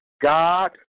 God